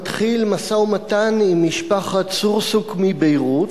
מתחיל משא-ומתן עם משפחת סורסוק מביירות,